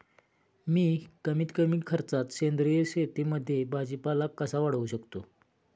मी कमीत कमी खर्चात सेंद्रिय शेतीमध्ये भाजीपाला कसा वाढवू शकतो?